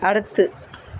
அடுத்து